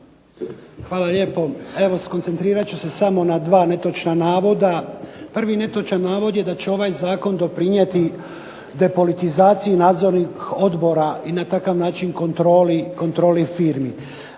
Hvala lijepo. Evo skoncentrirat ću se samo na dva netočna navoda. Prvi netočan navod je da će ovaj zakon doprinijeti depolitizaciji nadzornih odbora i na takav način kontroli firmi.